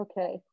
okay